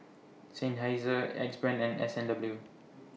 Seinheiser Axe Brand and S and W